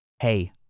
hey